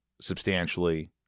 substantially